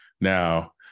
now